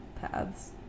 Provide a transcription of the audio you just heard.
paths